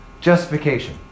Justification